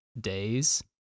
days